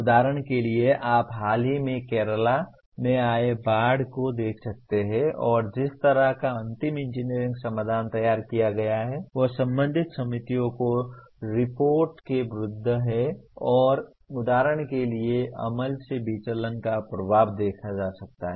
उदाहरण के लिए आप हाल ही में केरला में आई बाढ़ को देख सकते हैं और जिस तरह का अंतिम इंजीनियरिंग समाधान तैयार किया गया है वह संबंधित समितियों की रिपोर्ट के विरुद्ध है और उदाहरण के लिए अमल से विचलन का प्रभाव देखा जा सकता है